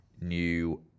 new